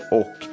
och